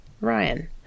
Ryan